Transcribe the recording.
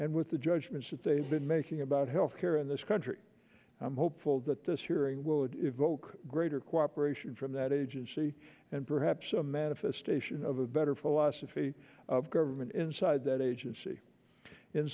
and with the judgments that they've been making about health care in this country i'm hopeful that this hearing will evoke greater cooperation from that agency and perhaps a manifestation of a better philosophy of government inside that agency in